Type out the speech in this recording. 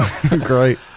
great